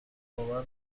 باور